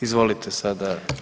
Izvolite sada.